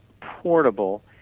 portable